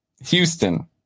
Houston